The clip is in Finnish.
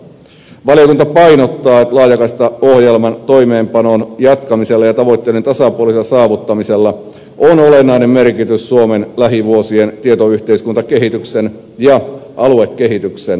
valiokunta painottaa että laajakaistaohjelman toimeenpanon jatkamisella ja tavoitteiden tasapuolisella saavuttamisella on olennainen merkitys suomen lähivuosien tietoyhteiskuntakehityksen ja aluekehityksen kannalta